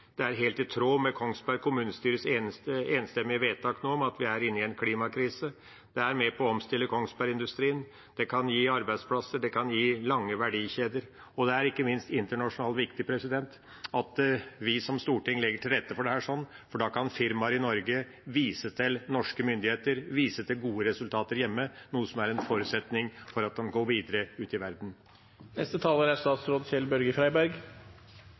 som skjer, helt i tråd med Kongsberg kommunestyres enstemmige vedtak om at vi er inne i en klimakrise. Det er med på å omstille kongsbergindustrien, og det kan gi arbeidsplasser og lange verdikjeder. Ikke minst er det internasjonalt viktig at vi som storting legger til rette for dette, for da kan firmaer i Norge vise til norske myndigheter og vise til gode resultater hjemme, noe som er en forutsetning for at de går videre ut i